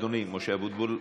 אדוני משה אבוטבול,